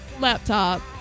laptop